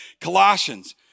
Colossians